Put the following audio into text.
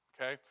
Okay